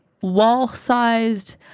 wall-sized